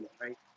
right